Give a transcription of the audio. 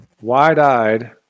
wide-eyed